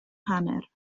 hanner